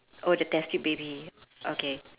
oh the test tube baby okay